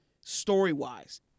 story-wise